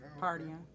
partying